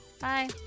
Bye